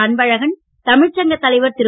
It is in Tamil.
அன்பழகன் தமிழ்ச்சங்க தலைவர் திரு